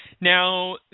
Now